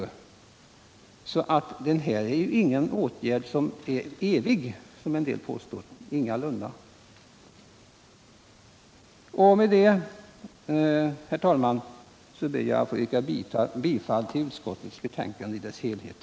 Den åtgärd vi nu föreslår skall alltså inte betraktas som något för evigt bestående, som en del påstår. Med detta, herr talman, ber jag att få yrka bifall till utskottets hemställan i betänkandet i dess helhet.